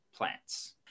Plants